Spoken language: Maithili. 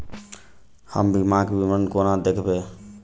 हम बीमाक विवरण कोना देखबै?